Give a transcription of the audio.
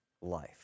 life